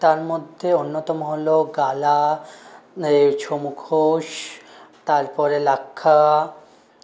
তার মধ্যে অন্যতম হলো গালা এ ছৌ মুখোশ তারপরে লাক্ষা